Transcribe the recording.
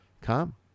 Come